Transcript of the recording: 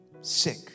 sick